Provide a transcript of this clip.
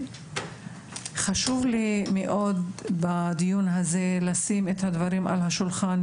חשוב לי מאוד בדיון הזה לשים את הדברים על השולחן,